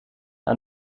aan